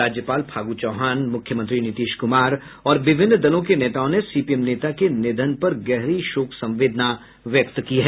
राज्यपाल फागू चौहान मुख्यमंत्री नीतीश कुमार और विभिन्न दलों के नेताओं ने सीपीएम नेता के निधन पर गहरी शोक संवेदना व्यक्त की है